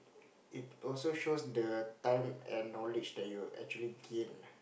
it also shows the time and knowledge you actually gain